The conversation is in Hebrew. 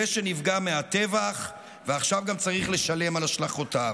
זה שנפגע מהטבח ועכשיו צריך גם לשלם על השלכותיו.